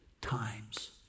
times